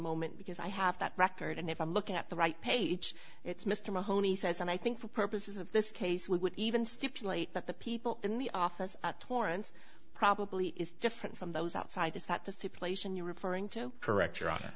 moment because i have that record and if i look at the right page it's mr mahoney says and i think for purposes of this case we would even stipulate that the people in the office at torrance probably is different from those outside is that the simulation you're referring to correct